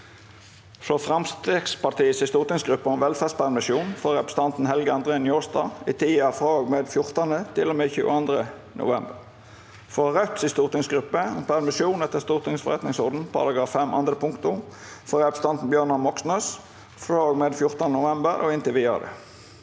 frå Framstegspartiets stortingsgruppe om velferdspermisjon for representanten Helge André Njåstad i tida frå og med 14. til og med 22. november – frå Raudts stortingsgruppe om permisjon etter Stortingets forretningsordens § 5 andre punktum for representanten Bjørnar Moxnes frå og med 14. november og inntil vidare